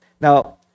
Now